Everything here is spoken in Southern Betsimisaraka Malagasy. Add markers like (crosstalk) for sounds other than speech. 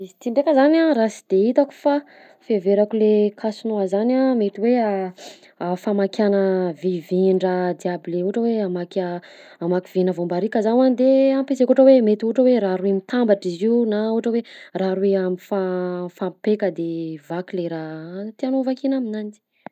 Izy ty ndraika zany a raha sy de hitako fa fiheverako le casse-noix zany a mety hoe (hesitation) (noise) (hesitation) famakiàna vivin-draha jiaby le ohatra hoe hamaky a- hamaky vina voambarika zaho a de ampiasaiko, ohatra hoe mety ohatra hoe raha roy mitambatra izy io na ohatra hoe raha roy mifa- mifampipaika de vaky le raha tianao ho vakiana aminanjy.